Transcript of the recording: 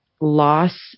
loss